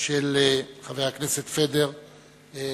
של חבר הכנסת פדר ברוך.